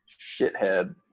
Shithead